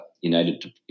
united